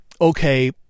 okay